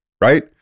right